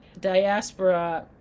diaspora